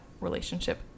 relationship